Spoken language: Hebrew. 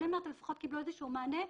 אבל הם לפחות קיבלו איזשהו מענה.